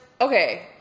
okay